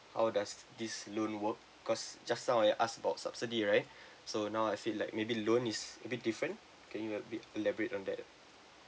how does this loan work cause just now I ask about subsidy right so now I feel like maybe loan is a bit different can you a bit elaborate on that